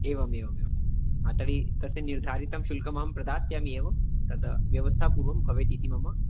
एवमेवमेवं तर्हि तस्य निर्धारितं शुल्कमहं प्रदास्यामि एवं तद् व्यवस्था पूर्वं भवेत् इति मम